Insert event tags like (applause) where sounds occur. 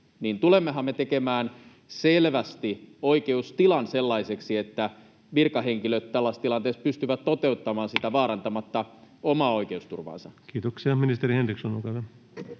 tulemmehan me tekemään selvästi oikeustilan sellaiseksi, että virkahenkilöt tällaisessa tilanteessa pystyvät toteuttamaan sitä (noise) vaarantamatta omaa oikeusturvaansa? Kiitoksia. — Ministeri Henriksson, olkaa